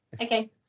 Okay